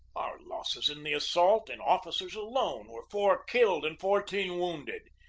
our losses in the assault in officers alone were four killed and fourteen wounded,